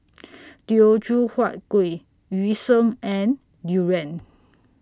Teochew Huat Kuih Yu Sheng and Durian